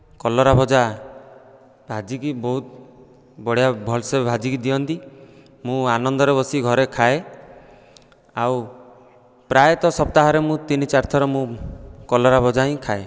କଲରା ଭଜା ଭାଜିକି ବହୁତ ବଢିଆ ଭଲ ସେ ଭାଜିକି ଦିଅନ୍ତି ମୁଁ ଆନନ୍ଦରେ ବସି ଘରେ ଖାଏ ଆଉ ପ୍ରାୟତଃ ସପ୍ତାହରେ ମୁଁ ତିନି ଚାରି ଥର ମୁଁ କଲରା ଭଜା ହିଁ ଖାଏ